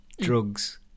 drugs